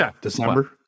December